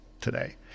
today